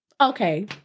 okay